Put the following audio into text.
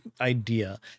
idea